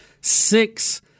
six